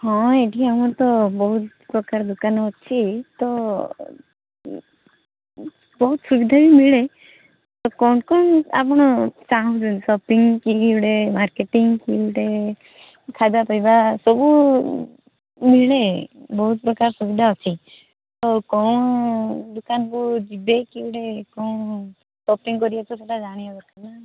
ହଁ ଏଇଠି ଆମର ତ ବହୁତ ପ୍ରକାର ଦୋକାନ ଅଛି ତ ବହୁତ ସୁବିଧା ବି ମିଳେ ତ କ'ଣ କ'ଣ ଆପଣ ଚାହୁଁଛନ୍ତି ସପିଙ୍ଗ୍ କି ଗୋଟେ ମାର୍କେଟିଙ୍ଗ୍ କି ଗୋଟେ ଖାଇବା ପିଇବା ସବୁ ମିଳେ ବହୁତ ପ୍ରକାର ସୁବିଧା ଅଛି ଆଉ କ'ଣ ଦୋକାନକୁ ଯିବେ କି ଗୋଟେ କ'ଣ ସପିଙ୍ଗ୍ କରିବେ ତ ସେଟା ଜାଣିବା ଦରକାର ନା